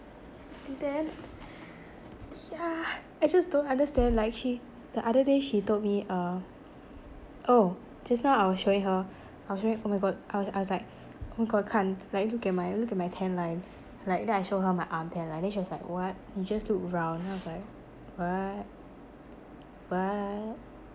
and then yeah I just don't understand like she the other day she told me uh oh just now I was showing her I was showing oh my god I was I was like oh my god I can't like look at my look at my tan line like then I show her my arm tan line then she was like what you just look round then I was like what what